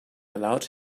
allowed